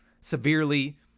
severely